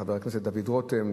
לחבר הכנסת דוד רותם,